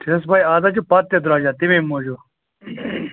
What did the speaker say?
چھِ حظ پَے اَز ہا چھُ پَتہٕ تہِ درٛۅجَر تَمے موٗجوٗب